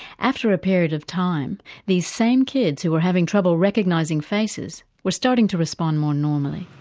after a period of time these same kids who were having trouble recognising faces were starting to respond more normally.